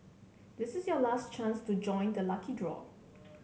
this is your last chance to join the lucky draw